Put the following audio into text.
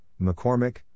McCormick